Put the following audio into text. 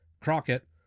Crockett